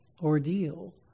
ordeal